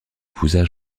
épousa